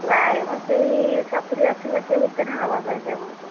ପ୍ରାୟ ସେଇ ସତୁରି ଅଶି ଲକ୍ଷ ଭିତରେ ନେବା ପାଇଁ ଚାହୁଁଛି